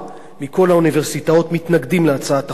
מכל האוניברסיטאות מתנגדים להצעת החוק הזאת,